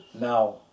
now